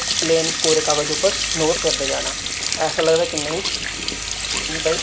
इक पलेन कोरे कागज उप्पर नोट करदे जाना ऐसा लगदा के नेईं जे भाई